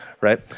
right